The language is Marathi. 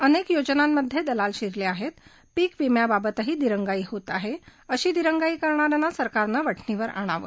अनेक योजनांमधे दलाल शिरले आहेत पीक विम्याबाबतही दिरंगाई होत आहे अशी दिरंगाई करणा यांना सरकारनं वठणीवर आणावं